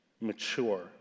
mature